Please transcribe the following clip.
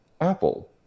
Apple